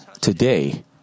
today